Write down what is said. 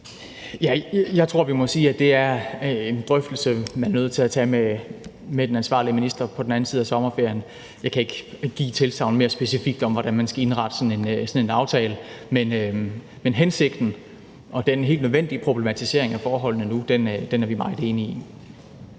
Jeg tror, vi må sige, at det er en drøftelse, man er nødt til at tage med den ansvarlige minister på den anden side af sommerferien. Jeg kan ikke give et tilsagn mere specifikt om, hvordan man skal indrette sådan en aftale. Men hensigten og den helt nødvendige problematisering af forholdene nu er vi meget enige i.